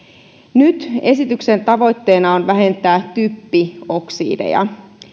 nyt esityksen tavoitteena on vähentää typpioksideja